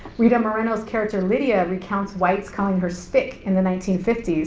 rita moreno's character lydia recounts whites calling her spic in the nineteen fifty s,